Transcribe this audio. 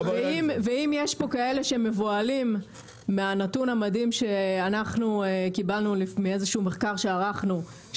ואם יש פה כאלה שמבוהלים מהנתון המדהים שקיבלנו ממחקר שערכנו,